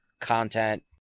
content